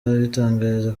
abitangariza